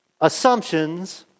assumptions